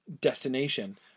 destination